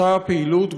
אותה פעילות,